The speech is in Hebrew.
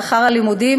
לאחר הלימודים,